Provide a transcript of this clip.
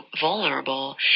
vulnerable